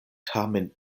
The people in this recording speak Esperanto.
tamen